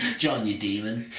john, you demon